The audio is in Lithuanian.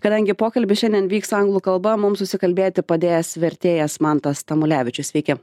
kadangi pokalbis šiandien vyks anglų kalba mums susikalbėti padės vertėjas mantas tamulevičius sveiki